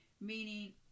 meaning